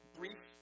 brief